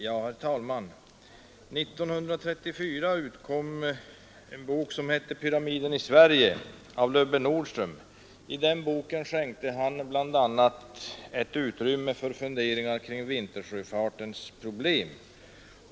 Herr talman! År 1934 utkom boken Pyramiden Sverige av Lubbe Nordström. I den boken skänkte författaren bl.a. utrymme för funderingar kring vintersjöfartens problem.